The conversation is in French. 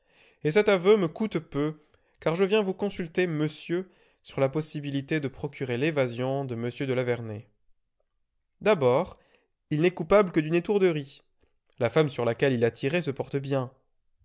et cet aveu me coûte peu car je viens vous consulter monsieur sur la possibilité de procurer l'évasion de m de la vernaye d'abord il n'est coupable que d'une étourderie la femme sur laquelle il a tiré se porte bien